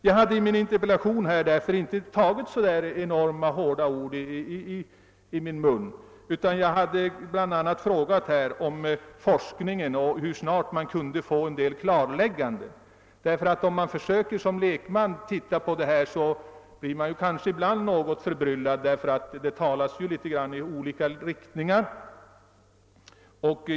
Jag hade med hänsyn till vad jag nu anfört inte tillgripit så hårda ord i min interpellation utan inskränkte mig till att bl.a. ställa frågor om forskningen på området och om hur snabbt en del klarlägganden skulle kunna göras. Som lekman blir man ibland när man försöker tränga in i dessa frågor något förbryllad, eftersom det förekommer en del olika meningsriktningar på området.